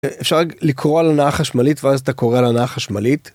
אפשר לקרוא על הנעה חשמלית ואז אתה קורא על הנעה חשמלית.